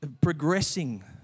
progressing